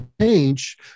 change